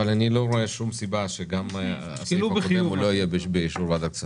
אבל אני לא רואה שום סיבה שהסעיף הקודם לא יהיה באישור ועדת כספים.